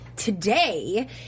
Today